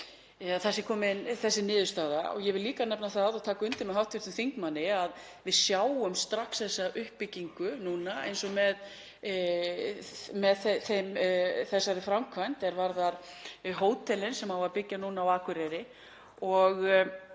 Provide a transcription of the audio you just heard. sé komin þessi niðurstaða. Ég vil líka nefna það og taka undir með hv. þingmanni að við sjáum strax þessa uppbyggingu núna eins og með þessari framkvæmd, hótelin sem á að byggja á Akureyri. Það